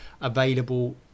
available